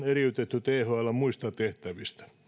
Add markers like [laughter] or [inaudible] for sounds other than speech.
[unintelligible] eriytetty thln muista tehtävistä